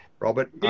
Robert